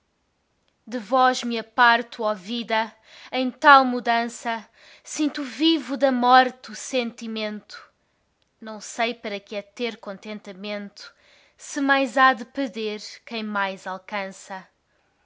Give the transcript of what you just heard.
de vós me aparto ó vida em tal mudança sinto vivo da morte o sentimento não sei para que é ter contentamento se mais há de perder quem mais alcança